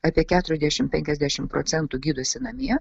apie keturiasdešimt penkiasdešimt procentų gydosi namie